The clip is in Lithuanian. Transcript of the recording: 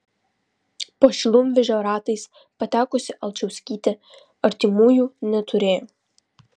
po šilumvežio ratais patekusi alčauskytė artimųjų neturėjo